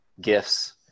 gifts